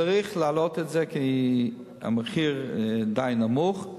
צריך להעלות את זה כי המחיר די נמוך.